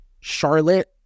Charlotte